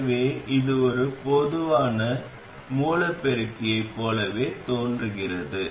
எனவே இது ஒரு பொதுவான மூலப் பெருக்கியைப் போலவே தோன்றுகிறது